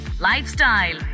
Lifestyle